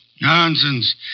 Nonsense